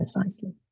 Precisely